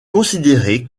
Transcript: considéré